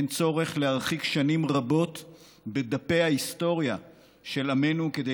אין צורך להרחיק שנים רבות בדפי ההיסטוריה של עמנו כדי